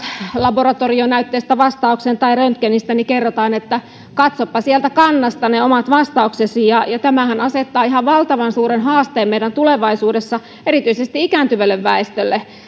laboratorionäytteestä tai röntgenistä vastauksen niin kerrotaan että katsopa sieltä kannasta ne omat vastauksesi tämähän asettaa ihan valtavan suuren haasteen meille tulevaisuudessa erityisesti ikääntyvälle väestölle